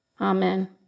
Amen